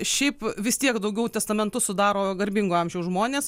šiaip vis tiek daugiau testamentus sudaro garbingo amžiaus žmonės